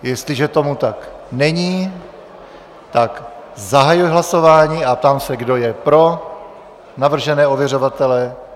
Jestliže tomu tak není, tak zahajuji hlasování a ptám se, kdo je pro navržené ověřovatele.